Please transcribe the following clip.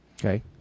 Okay